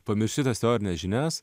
pamiršti tas teorines žinias